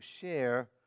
share